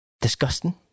disgusting